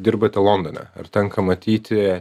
dirbate londone ar tenka matyti